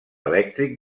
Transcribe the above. elèctric